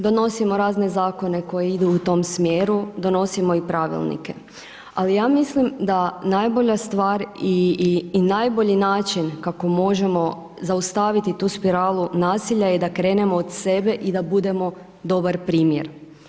Donosimo razne zakone koji idu u tom smjeru, donosimo i pravilnike, ali ja mislim da najbolja stvar i najbolji način kako možemo zaustaviti tu spiralu nasilja je da krenemo od sebe i da budemo dobar primjer.